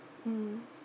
mm